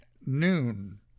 noon